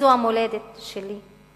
שזו המולדת שלי,